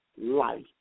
life